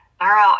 thorough